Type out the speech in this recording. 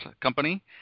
company